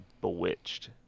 bewitched